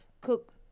cook